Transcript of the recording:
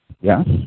Yes